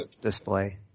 Display